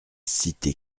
cité